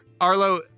Arlo